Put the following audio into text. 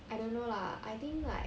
I don't know lah I think like